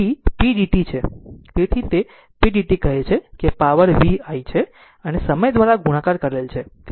તેથી તે p dt કહે છે કે પાવર v i છે અને સમય દ્વારા ગુણાકાર કરેલ છે